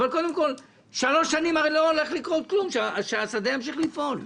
אבל קודם כול שלוש שנים הרי לא הולך לקרות כלום שהשדה ימשיך לפעול,